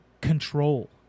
control